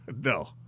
No